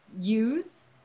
use